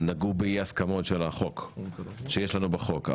נגעו באי הסכמות שיש לנו בחוק.